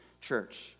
church